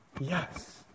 yes